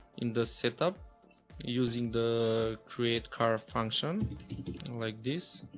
in the setup using the createchar function like this.